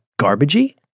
garbagey